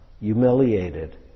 humiliated